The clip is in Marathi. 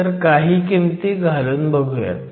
तर काही किमती घालून बघुयात